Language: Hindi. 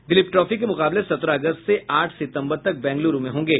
दिलीप ट्रॉफी के मुकाबले सत्रह अगस्त से आठ सितम्बर तक बैंग्लूरु में होंगे